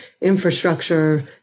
infrastructure